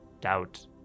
doubt